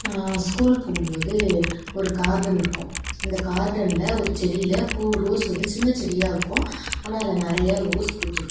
நான் ஸ்கூல் போகும்போது ஒரு கார்டன் இருக்கும் அந்த கார்டனில் ஒரு செடியில் பூ ரோஸ் வந்து சின்ன செடியாக இருக்கும் ஆனால் அதில் நிறையா ரோஸ் பூத்துயிருக்கும்